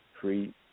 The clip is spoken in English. free